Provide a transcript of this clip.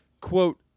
quote